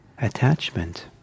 attachment